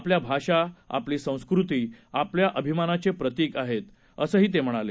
आपल्या भाषा आपली संस्कृती आणि अभिमानाचे प्रतिक आहेत असं ते म्हणाले